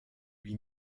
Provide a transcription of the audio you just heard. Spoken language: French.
lui